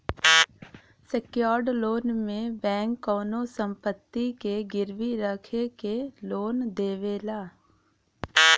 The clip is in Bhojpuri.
सेक्योर्ड लोन में बैंक कउनो संपत्ति के गिरवी रखके लोन देवला